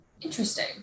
Interesting